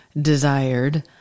desired